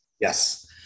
Yes